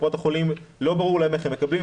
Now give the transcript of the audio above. לקופות החולים לא תמיד ברור איך הם מקבלים,